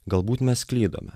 galbūt mes klydome